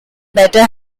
better